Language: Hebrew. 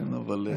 בבקשה.